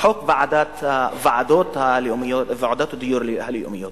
חוק ועדות הדיור הלאומיות,